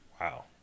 Wow